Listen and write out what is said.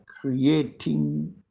creating